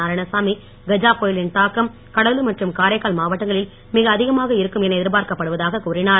நாராயணசாமி கஜா புயலின் தாக்கம் கடலூர் மற்றும் காரைக்கால் மாவட்டங்களில் மிக அதிகமாக இருக்கும் என எதிர்பார்க்கப்படுவதாக கூறினார்